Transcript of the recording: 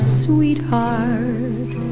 sweetheart